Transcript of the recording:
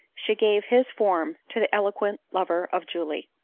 she gave his form to the eloquent lover of julie.